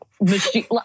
machine